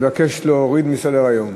מבקש להוריד מסדר-היום.